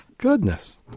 goodness